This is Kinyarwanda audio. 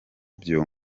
byo